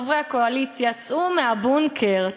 חברי הקואליציה: צאו מהבונקר,